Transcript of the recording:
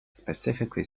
specifically